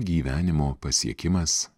gyvenimo pasiekimas